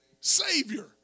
Savior